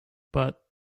but